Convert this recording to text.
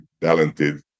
talented